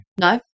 no